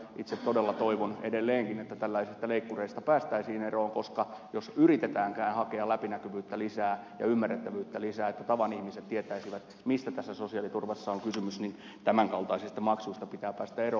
itse todella toivon edelleenkin että tällaisista leikkureista päästäisiin eroon koska jos yritetäänkään hakea läpinäkyvyyttä lisää ja ymmärrettävyyttä lisää että tavan ihmiset tietäisivät mistä tässä sosiaaliturvassa on kysymys niin tämän kaltaisista maksuista pitää päästä eroon